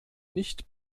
nicht